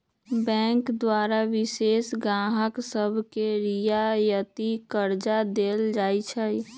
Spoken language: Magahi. बैंक द्वारा विशेष गाहक सभके रियायती करजा देल जाइ छइ